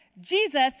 Jesus